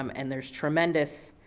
um and there's tremendous,